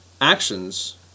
actions